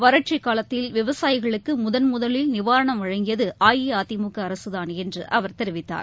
வறட்சிக் காலத்தில் விவசாயிகளுக்கு முதன்முதலில் நிவாரணம் வழங்கியது அஇஅதிமுக அரசுதான் என்று அவர் தெரிவித்தார்